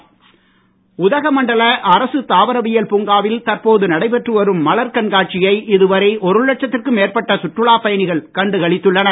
மலர் கண்காட்சி உதகமண்டல அரசு தாவரவியல் பூங்காவில் தற்போது நடைபெற்று வரும் மலர்க் கண்காட்சியை இதுவரை ஒரு லட்சத்துக்கும் மேற்பட்ட சுற்றுலா பயணிகள் கண்டு களித்துள்ளனர்